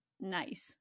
nice